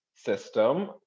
system